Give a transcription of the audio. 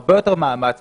הרבה יותר מאמץ,